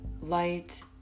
light